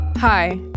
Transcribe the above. Hi